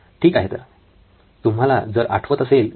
ठीक आहे तर